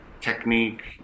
technique